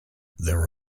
there